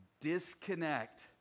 disconnect